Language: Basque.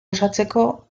osatzeko